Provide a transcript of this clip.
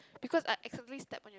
because I accidentally step on your